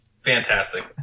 fantastic